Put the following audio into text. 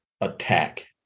attack